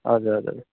हजुर हजुर